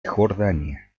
jordania